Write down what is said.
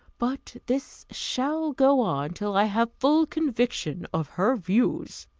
but this shall go on till i have full conviction of her views.